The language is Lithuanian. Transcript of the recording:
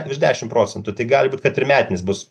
virš dešimt procentų tai gali būti kad ir metinis bus